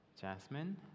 jasmine